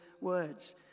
words